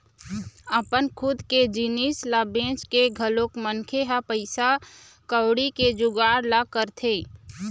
अपन खुद के जिनिस ल बेंच के घलोक मनखे ह पइसा कउड़ी के जुगाड़ ल करथे